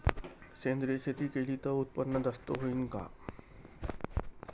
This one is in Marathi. सेंद्रिय शेती केली त उत्पन्न जास्त होईन का?